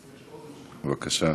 בבקשה.